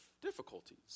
difficulties